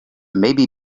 maybe